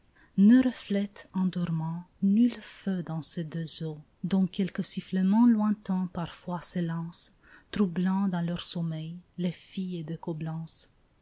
ne reflète en dormant nul feu dans ses deux eaux dont quelque sifflement lointain parfois s'élance troublant dans leur sommeil les filles de coblence